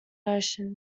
notion